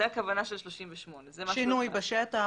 זו הכוונה של סעיף 38. שינוי בשטח.